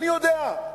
אני יודע,